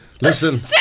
Listen